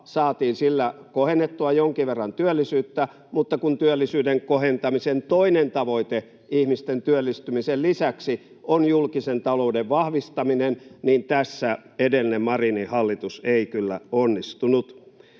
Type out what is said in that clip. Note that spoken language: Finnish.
saatiin sillä kohennettua jonkin verran työllisyyttä, mutta kun työllisyyden kohentamisen toinen tavoite ihmisten työllistymisen lisäksi on julkisen talouden vahvistaminen, niin tässä edellinen Marinin hallitus ei kyllä onnistunut.